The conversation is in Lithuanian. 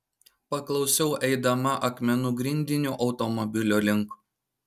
paklausiau eidama akmenų grindiniu automobilio link